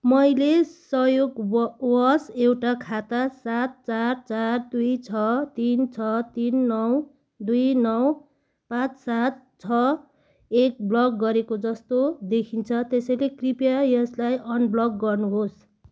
मैले संयोगव वश एउटा खाता सात चार चार दुई छ तिन छ तिन नौ दुई नौ पाँच सात छ एक ब्लक गरेको जस्तो देखिन्छ त्यसैले कृपया यसलाई अनब्लक गर्नुहोस्